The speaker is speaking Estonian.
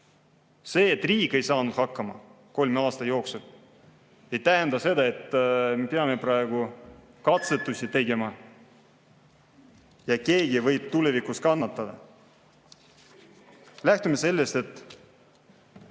See, et riik ei saanud 30 aasta jooksul hakkama, ei tähenda seda, et me peame praegu katsetusi tegema ja keegi võib tulevikus kannatada. Lähtume sellest, et